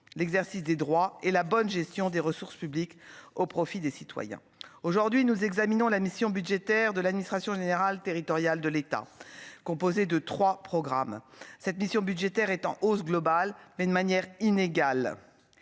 l'exercice des droits et la bonne gestion des ressources publiques au profit des citoyens aujourd'hui nous examinons la mission budgétaire de l'administration générale territoriale de l'État, composé de 3 programmes cette mission budgétaire est en hausse globale mais de manière inégale,